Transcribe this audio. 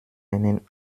ein